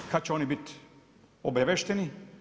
Kad će oni bit obaviješteni?